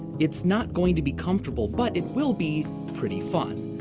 it's not going to be comfortable, but it will be pretty fun.